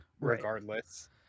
regardless